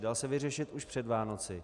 Dal se vyřešit už před Vánoci.